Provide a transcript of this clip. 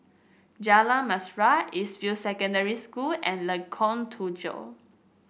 Jalan Mesra East View Secondary School and Lengkok Tujoh